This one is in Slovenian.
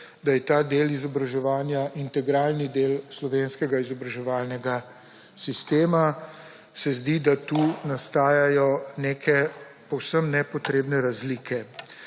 da je ta del izobraževanja integralni del slovenskega izobraževalnega sistema, se zdi, da tukaj nastajajo povsem nepotrebne razlike.